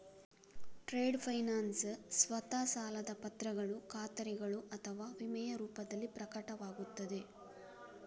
trade finance ಸ್ವತಃ ಸಾಲದ ಪತ್ರಗಳು ಖಾತರಿಗಳು ಅಥವಾ ವಿಮೆಯ ರೂಪದಲ್ಲಿ ಪ್ರಕಟವಾಗುತ್ತದೆ